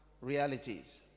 realities